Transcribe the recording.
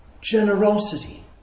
generosity